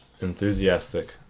enthusiastic